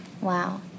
Wow